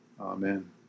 Amen